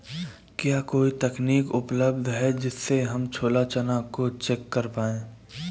क्या कोई तकनीक उपलब्ध है जिससे हम छोला चना को चेक कर पाए?